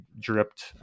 dripped